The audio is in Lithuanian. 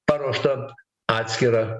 paruoštą atskirą